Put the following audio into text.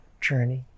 journey